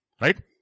right